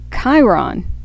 Chiron